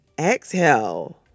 Exhale